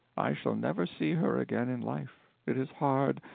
i shall never see her again in life. it is hard,